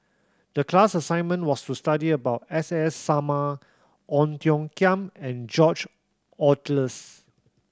the class assignment was to study about S S Sarma Ong Tiong Khiam and George Oehlers